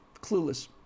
clueless